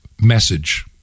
message